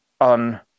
on